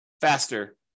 faster